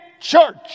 church